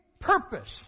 purpose